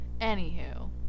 Anywho